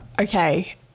Okay